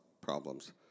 problems